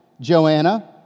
Joanna